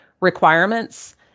requirements